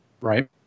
Right